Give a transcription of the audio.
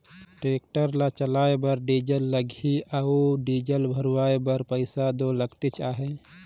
tractor ल चलाए बर डीजल लगही अउ डीजल भराए बर पइसा दो लगते अहे